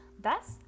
thus